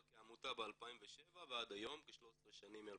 אבל כעמותה ב-2007 ועד היום כ-13 שנים,